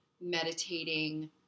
meditating